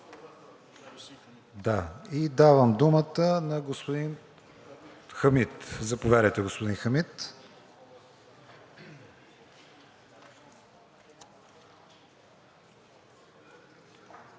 и давам думата на господин Хамид. Заповядайте, господин Хамид.